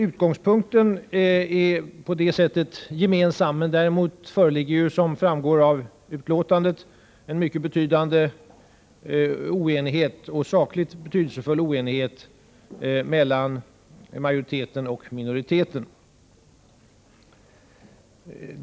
Utgångspunkten är således gemensam, men däremot råder, som ju framgår av betänkandet, en mycket betydande oenighet i sak mellan majoriteten och minoriteten.